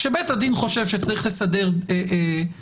כשבית הדין חושב שצריך לסדר גט,